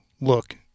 look